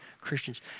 Christians